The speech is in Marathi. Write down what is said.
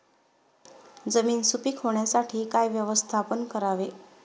जमीन सुपीक होण्यासाठी काय व्यवस्थापन करावे?